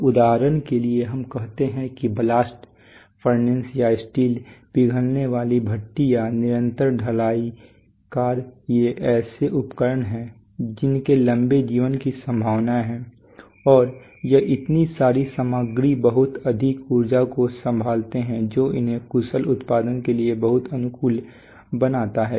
तो उदाहरण के लिए हम कहते हैं कि ब्लास्ट फर्नेस या स्टील पिघलने वाली भट्टी या निरंतर ढलाईकार ये ऐसे उपकरण हैं जिनके लंबे जीवन की संभावना है और यह इतनी सारी सामग्री बहुत अधिक ऊर्जा को संभालते हैं जो इन्हें कुशल उत्पादन के लिए बहुत अनुकूल बनाता है